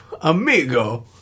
Amigo